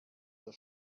der